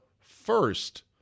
first